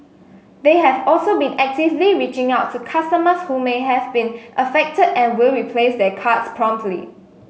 they have also been actively reaching out to customers who may have been affected and will replace their cards promptly